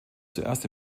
zuerst